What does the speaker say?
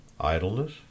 Idleness